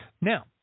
Now